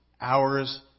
hours